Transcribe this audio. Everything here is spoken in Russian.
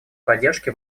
поддержке